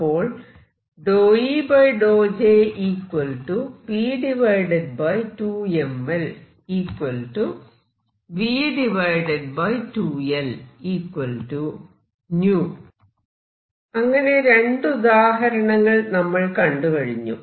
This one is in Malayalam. അപ്പോൾ അങ്ങനെ രണ്ട് ഉദാഹരണങ്ങൾ നമ്മൾ കണ്ടു കഴിഞ്ഞു